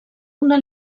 una